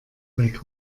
weg